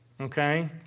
Okay